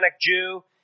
Jew